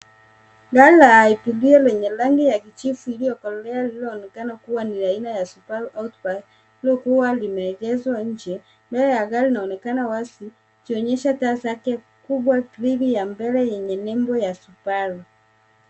Gari la abiria lenye rangi ya kijivu iliyokolea lililoonekana ni la aina ya Subaru Outback likiwa limeegeshwa nje. Mbele ya gari inaonekana wazi ikionyesha taa zake kubwa. Grili ya mbele yenye nembo ya Subaru.